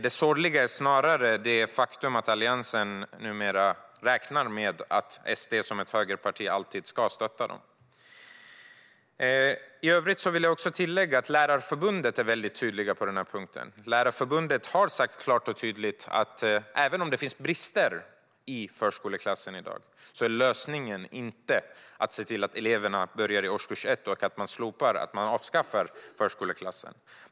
Det sorgliga är snarare det faktum att Alliansen numera räknar med att SD som ett högerparti alltid ska stötta den. I övrigt vill jag tillägga att Lärarförbundet är väldigt tydligt på den här punkten. Man har klart och tydligt sagt att även om det i dag finns brister i förskoleklassen är lösningen inte att se till att eleverna börjar i årskurs 1 och att man avskaffar förskoleklassen.